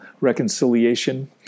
reconciliation